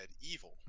evil